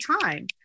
time